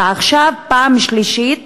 ועכשיו פעם שלישית,